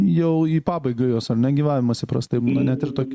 jau į pabaigą jos ar ne gyvavimas įprastai būna net ir toki